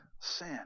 sin